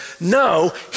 No